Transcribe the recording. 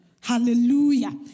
Hallelujah